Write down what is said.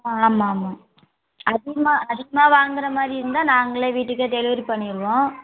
ஆ ஆமாம் ஆமாம் அதிகமாக அதிகமாக வாங்கிற மாதிரி இருந்தால் நாங்களே வீட்டுக்கே டெலிவரி பண்ணிடுவோம்